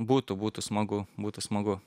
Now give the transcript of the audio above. būtų būtų smagu būtų smagu